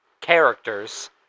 characters